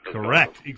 Correct